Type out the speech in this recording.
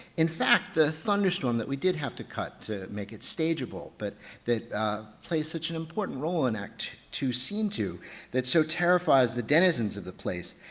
in fact the thunderstorm that we did have to cut to make it stageable but plays such an important role in act two, scene two that so terrifies the denizens of the place.